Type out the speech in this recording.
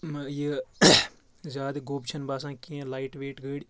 یہِ زیادٕ گوٚب چھَنہٕ باسان کینٛہہ لایِٹ ویٹ گٔر